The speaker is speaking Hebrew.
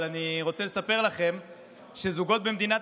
אבל אני רוצה לספר לכם שזוגות במדינת